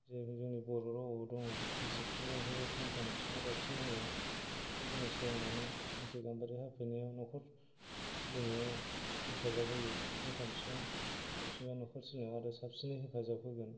जेरै जोंनि बर' रावआव दङ फांसे बिफां दानफायबा फांथाम बिफां गायफिननांगौ बेखौ जोङो सोलोंनानै फांसे गाम्बारि हाफायनायाव न'खर सोलिनायाव हेफाजाब होयो फांथाम बिफां गायफिनबा आरो न'खर सोलिनायाव आरो साबसिनै हेफाजाब होगोन